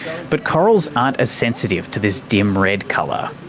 but corals aren't as sensitive to this dim red colour.